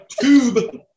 tube